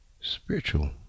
spiritual